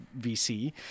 VC